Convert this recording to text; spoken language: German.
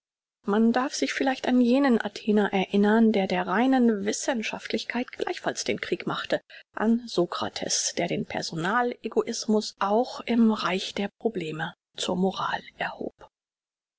man darf sich vielleicht an jenen athener erinnern der der reinen wissenschaftlichkeit gleichfalls den krieg machte an sokrates der den personal egoismus auch im reich der probleme zur moral erhob